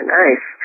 nice